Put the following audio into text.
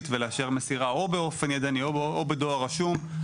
ולאשר מסירה או באופן ידני או בדואר רשום,